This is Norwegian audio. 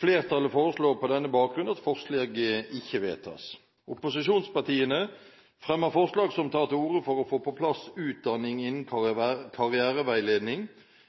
Flertallet foreslår på denne bakgrunn at forslaget ikke vedtas. Opposisjonspartiene fremmer forslag som tar til orde for å få på plass utdanning innen karriereveiledning,